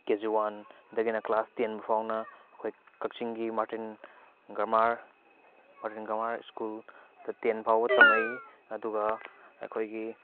ꯀꯦ G one ꯗꯒꯤꯅ class ten ꯐꯥꯎꯕꯅ ꯑꯩꯈꯣꯏꯒꯤ ꯀꯛꯆꯤꯡꯒꯤ ꯃꯥꯔꯇꯤꯟ ꯒ꯭ꯔꯃꯥꯔ ꯃꯥꯔꯇꯤꯟ ꯒ꯭ꯔꯃꯥꯔ ꯁ꯭ꯀꯨꯜꯗ ꯇꯦꯟ ꯐꯥꯎꯕ ꯇꯝꯂꯛꯏ ꯑꯗꯨꯒ ꯑꯩꯈꯣꯏꯒꯤ